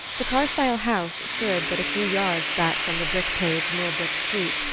the carstyle house stood but a few yards back from the brick-paved millbrook street,